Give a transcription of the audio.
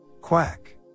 Quack